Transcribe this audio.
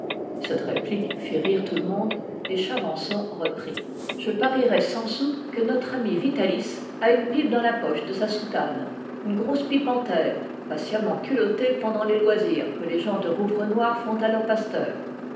cette réplique fit rire tout le monde et chavançon reprit je parierais cent sous que notre ami vitalis a une pipe dans la poche de sa soutane une grosse pipe en terre patiemment culottée pendant les loisirs que les gens de rouvrenoir font à leur pasteur